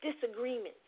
disagreements